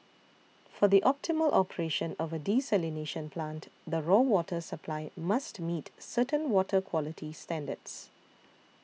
for the optimal operation of a desalination plant the raw water supply must meet certain water quality standards